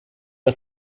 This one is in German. der